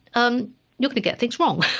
um you're going to get things wrong.